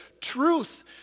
truth